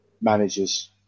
managers